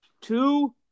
Two